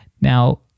Now